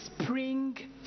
spring